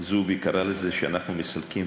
זועבי קראה לזה שאנחנו מסלקים,